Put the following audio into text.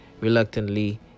reluctantly